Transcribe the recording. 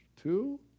two